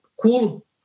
cool